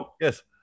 Yes